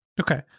Okay